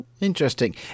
interesting